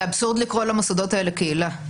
זה אבסורד לקרוא למוסדות האלה קהילה.